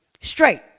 Straight